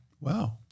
Wow